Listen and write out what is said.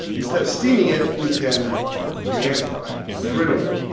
instead of steaming it, we can pan fry it griddle it.